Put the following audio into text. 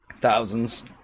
Thousands